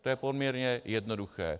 To je poměrně jednoduché.